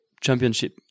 championship